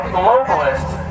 globalists